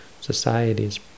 societies